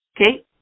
Okay